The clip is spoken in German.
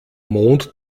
mond